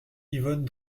yvonne